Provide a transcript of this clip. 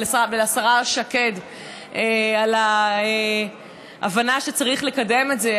ולשרה שקד על הבנה שצריך לקדם את זה,